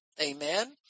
Amen